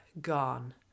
gone